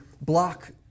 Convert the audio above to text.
block